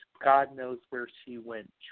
God-knows-where-she-went